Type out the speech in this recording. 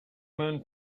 man